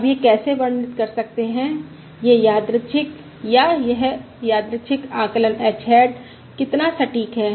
हम यह कैसे वर्णित कर सकते हैं यह यादृच्छिक या यह यादृच्छिक आकलन h हैट कितना सटीक है